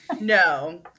No